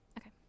Okay